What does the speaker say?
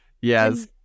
Yes